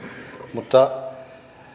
mutta